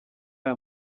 aya